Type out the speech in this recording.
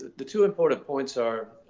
the two important points are